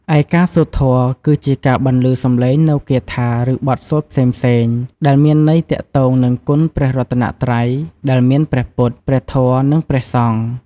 ឯការសូត្រធម៌ គឺជាការបន្លឺសម្លេងនូវគាថា ឬបទសូត្រផ្សេងៗ ដែលមានន័យទាក់ទងនឹងគុណព្រះរតនត្រ័យ ដែលមាន ព្រះពុទ្ធ ព្រះធម៌ និង ព្រះសង្ឃ។